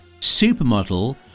supermodel